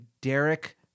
Derek